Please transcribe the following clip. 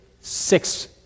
six